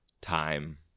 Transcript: time